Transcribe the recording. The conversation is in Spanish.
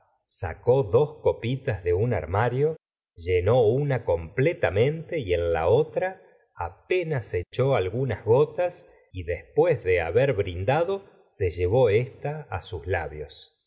sacú dos copitas de un armario llenó una completamente y en la otra apenas echó algunas gotas y después de haber brindado se llevó esta sus labios